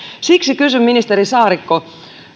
siksi kysyn ministeri saarikko